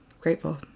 grateful